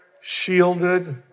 shielded